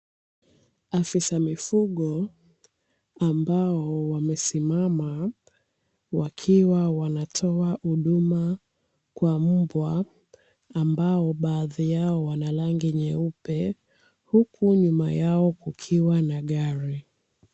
Afisa mifugo ambao wamesimama wakiwa wanatoa huduma kwa mbwa, ambao baadhi yao wana rangi nyeupe huku nyuma yao kukiwa na gari.